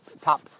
top